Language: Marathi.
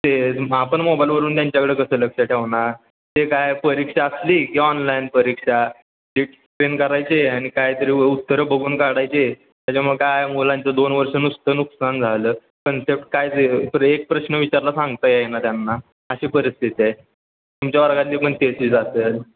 ते आपण मोबाईलवरून त्यांच्याकडं कसं लक्ष ठेवणार ते काय परीक्षा असली की ऑनलाईन परीक्षा डिट प्लेन करायचे आणि काय तरी उ उत्तरं बघून काढायचे त्याच्यामुळं काय मुलांचं दोन वर्षं नुसतं नुकसान झालं कन्सेप्ट काहीच बरं एक प्रश्न विचारलं सांगता येईना त्यांना अशी परिस्थिती आहे तुमच्या वर्गातली पण तेच स्थिती असेल